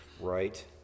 Right